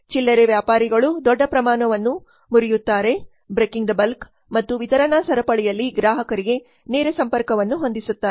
ಚಿಲ್ಲರೆ ವ್ಯಾಪಾರಿಗಳು ದೊಡ್ಡ ಪ್ರಮಾಣವನ್ನು ಮುರಿಯುತ್ತಾರೆ ಮತ್ತು ವಿತರಣಾ ಸರಪಳಿಯಲ್ಲಿ ಗ್ರಾಹಕರಿಗೆ ನೇರ ಸಂಪರ್ಕವನ್ನು ಹೊಂದಿರುತ್ತಾರೆ